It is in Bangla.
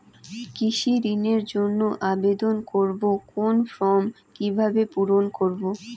কৃষি ঋণের জন্য আবেদন করব কোন ফর্ম কিভাবে পূরণ করব?